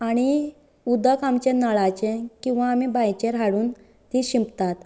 आनी उदक आमचे नळाचे किंवां आमी बांयचेर हाडून ती शिंपतात